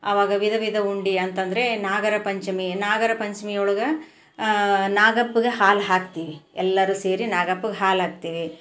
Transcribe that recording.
ಆವಾಗ ವಿಧ ವಿಧ ಉಂಡೆ ಅಂತಂದರೆ ನಾಗರಪಂಚಮಿ ನಾಗರಪಂಚಮಿ ಒಳಗೆ ನಾಗಪ್ಗೆ ಹಾಲು ಹಾಕ್ತೀವಿ ಎಲ್ಲರು ಸೇರಿ ನಾಗಪ್ಪಗೆ ಹಾಲು ಹಾಕ್ತೀವಿ